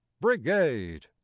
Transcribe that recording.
Brigade